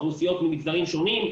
אוכלוסיות ממגזרים שונים.